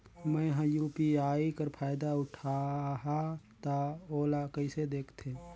मैं ह यू.पी.आई कर फायदा उठाहा ता ओला कइसे दखथे?